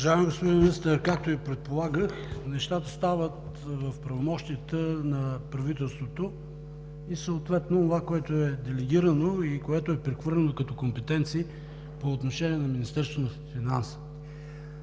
Уважаеми господин Министър, както и предполагах, нещата остават в правомощията на правителството и съответно онова, което е делегирано и прехвърлено като компетенции, по отношение на Министерството на финансите.